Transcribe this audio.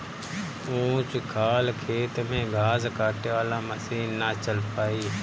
ऊंच खाल खेत में घास काटे वाला मशीन ना चल पाई